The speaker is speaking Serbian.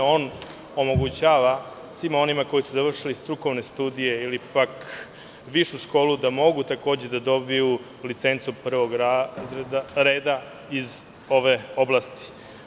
On omogućava svima onima koji su završili strukovne studije, ili pak višu školu, da takođe mogu da dobiju licencu prvog reda iz ove oblasti.